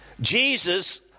Jesus